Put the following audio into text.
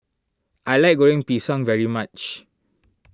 I like Goreng Pisang very much